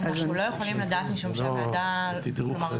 אנחנו לא יכולים לדעת משום שהוועדה טרם